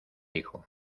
hijo